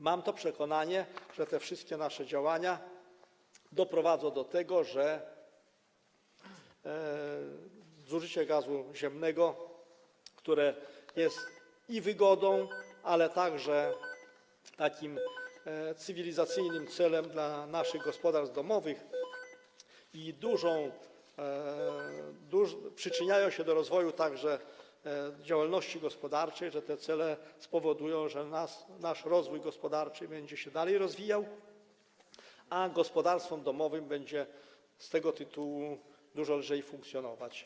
Mam to przekonanie, że wszystkie nasze działania doprowadzą do tego, że zużycie gazu ziemnego, które jest wygodą, ale także takim cywilizacyjnym celem dla naszych gospodarstw domowych, przyczyniają się do rozwoju także działalności gospodarczej, i spowodują, że nasza gospodarka będzie się dalej rozwijała, a gospodarstwom domowym z tego tytułu będzie dużo lżej funkcjonować.